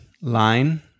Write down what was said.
line